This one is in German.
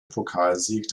pokalsieg